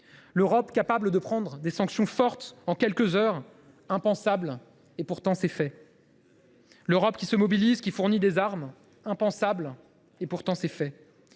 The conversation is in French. L’Europe capable de prendre des sanctions fortes en quelques heures ? Impensable ! Pourtant, c’est fait. L’Europe qui se mobilise, qui fournit des armes ? Impensable ! Pourtant, c’est fait.